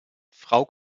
frau